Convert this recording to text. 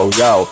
yo